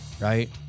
right